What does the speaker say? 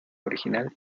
original